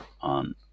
on